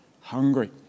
hungry